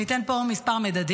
אני אתן פה כמה מדדים.